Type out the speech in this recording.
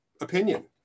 opinion